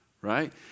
right